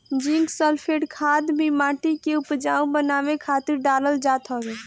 zinc sulphate खाद भी माटी के उपजाऊ बनावे खातिर डालल जात हवे